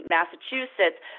Massachusetts